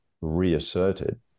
reasserted